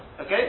Okay